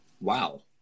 Wow